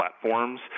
platforms